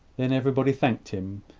then everybody thanked him,